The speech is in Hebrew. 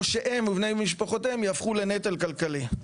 או שהם ובני משפחותיהם יהפכו לנטל כלכלי.